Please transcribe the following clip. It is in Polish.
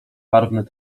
barwne